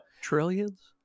Trillions